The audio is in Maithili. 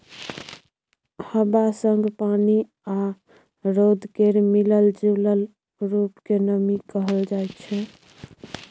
हबा संग पानि आ रौद केर मिलल जूलल रुप केँ नमी कहल जाइ छै